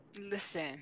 Listen